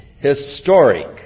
historic